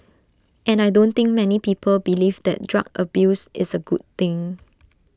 and I don't think many people believe that drug abuse is A good thing